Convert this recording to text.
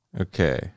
Okay